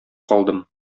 калдым